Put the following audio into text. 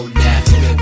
now